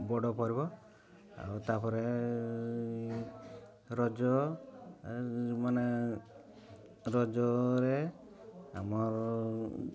ବଡ଼ ପର୍ବ ଆଉ ତା'ପରେ ରଜ ମାନେ ରଜରେ ଆମର